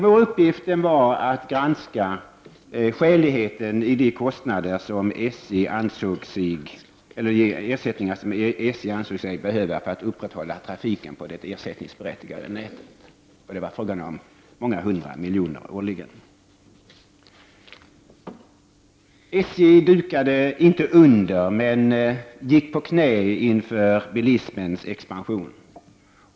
Vår uppgift var att granska skäligheten i de ersättningar som SJ ansåg sig behöva för att upprätthålla trafiken på det ersättningsberättigade nätet. Det var fråga om många hundra miljoner årligen. SJ dukade inte under men gick på knä inför bilismens expansion.